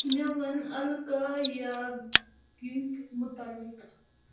مےٚ ون الکا یاگِنک مُتعلق